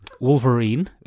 Wolverine